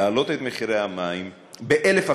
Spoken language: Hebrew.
להעלות את מחירי המים ב-1,000%,